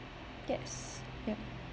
yes yup